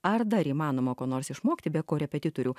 ar dar įmanoma ko nors išmokti be korepetitorių